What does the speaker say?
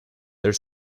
their